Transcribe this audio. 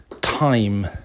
time